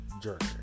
jerk